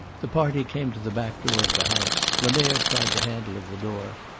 the party came to the back door of the house. lemerre tried the handle of the door,